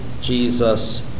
Jesus